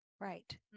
Right